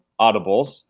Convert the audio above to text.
Audibles